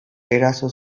eraso